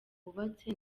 wubatse